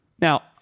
Now